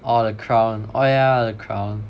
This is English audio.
orh The Crown oh yeah The Crown